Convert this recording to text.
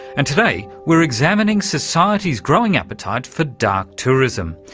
and today, we're examining society's growing appetite for dark tourism,